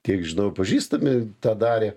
kiek žinau pažįstami tą darė